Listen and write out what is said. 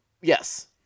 Yes